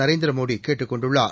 நரேந்திரமோட்சேட்டுக் கொண்டுள்ளார்